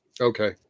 Okay